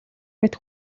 мэт